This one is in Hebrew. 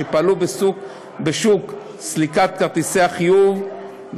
שפעלו בשוק סליקת כרטיסי החיוב,